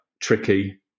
tricky